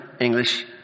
English